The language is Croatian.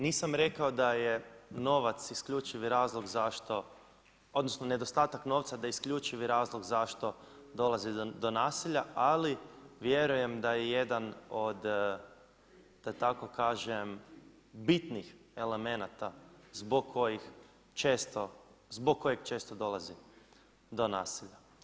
Nisam rekao da je novac isključivi razlog zašto, odnosno nedostatak novca da je isključivi razlog zašto dolazi do nasilja ali vjerujem da je jedan od da tako kažem bitnih elemenata zbog kojih često, zbog kojeg često dolazi do nasilja.